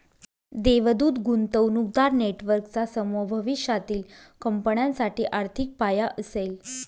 देवदूत गुंतवणूकदार नेटवर्कचा समूह भविष्यातील कंपन्यांसाठी आर्थिक पाया असेल